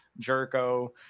Jerko